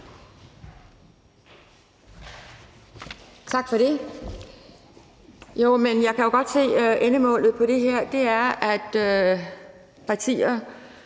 Tak for det.